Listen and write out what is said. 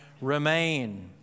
remain